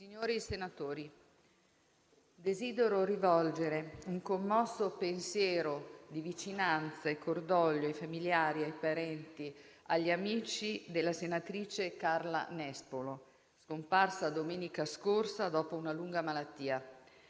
Signori senatori, desidero rivolgere un commosso pensiero di vicinanza e cordoglio ai familiari, ai parenti e agli amici della senatrice Carla Nespolo, scomparsa domenica scorsa dopo una lunga malattia.